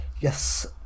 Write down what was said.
Yes